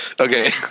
Okay